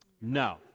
No